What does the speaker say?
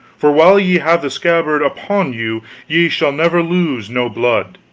for while ye have the scabbard upon you ye shall never lose no blood,